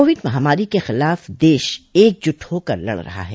Covid महामारी के खिलाफ देश एकजुट होकर लड़ रहा है